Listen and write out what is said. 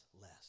less